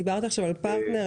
דיברת עכשיו על פרטנר,